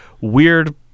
weird